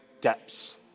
depths